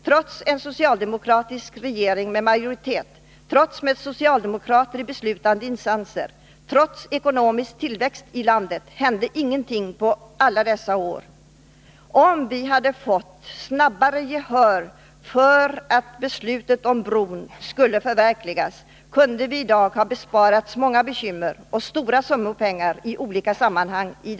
Trots en socialdemokratisk majoritetsregering, trots socialdemokrater i beslutande instanser och trots ekonomisk tillväxt i landet hände det ingenting under alla dessa år. Om vi tidigare hade vunnit gehör för ett förverkligande av bron, kunde vi i dag ha besparats många bekymmer och stora kostnader i olika sammanhang.